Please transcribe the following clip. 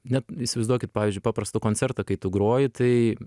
net įsivaizduokit pavyzdžiui paprastą koncertą kai tu groji tai